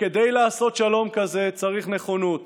וכדי לעשות שלום כזה צריך נכונות